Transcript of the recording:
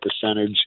percentage